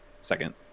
second